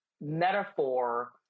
metaphor